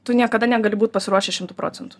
tu niekada negali būt pasiruošęs šimtu procentų